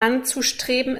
anzustreben